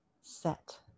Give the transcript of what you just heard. set